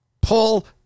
Pull